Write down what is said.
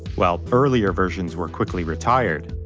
while earlier versions were quickly retired.